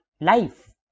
life